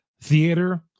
theater